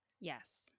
Yes